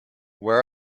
where